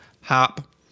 hop